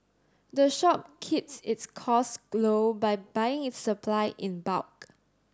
the shop keeps its costs low by buying its supply in bulk